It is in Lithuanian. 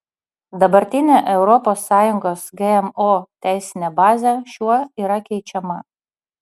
dabartinė europos sąjungos gmo teisinė bazė šiuo yra keičiama